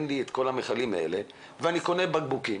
לי את כל המכלים האלה ואני קונה בקבוקים.